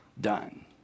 done